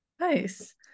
Nice